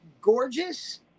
gorgeous